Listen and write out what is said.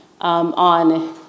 on